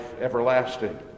everlasting